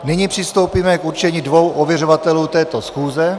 Nyní přistoupíme k určení dvou ověřovatelů této schůze.